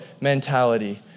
mentality